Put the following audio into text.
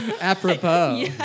Apropos